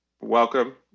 welcome